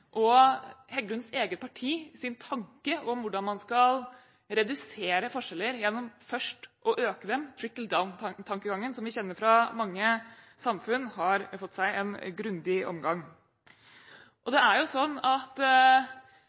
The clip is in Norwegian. politikk. Heggelunds eget partis tanke om hvordan man skal redusere forskjeller gjennom først å øke dem – «trickle-down»-tankegangen, som vi kjenner fra mange samfunn – har fått seg en grundig omgang.